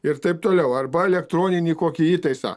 ir taip toliau arba elektroninį kokį įtaisą